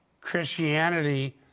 Christianity